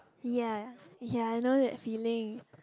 ya ya I know that feeling